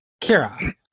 Kira